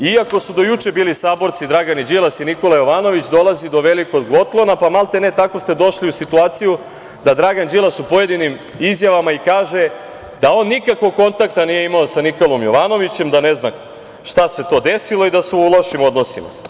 Iako su do juče bili saborci Dragan Đilas i Nikola Jovanović, dolazi do velikog otklona, pa maltene tako ste došli u situaciju da Dragan Đilas u pojedinim izjavama i kaže da on nikakvog kontakta nije imao sa Nikolom Jovanovićem, da ne zna šta se to desilo i da su u lošim odnosima.